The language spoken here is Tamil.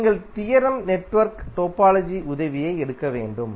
நீங்கள் தியரம் நெட்வொர்க் டோபாலஜியின் உதவியை எடுக்க வேண்டும்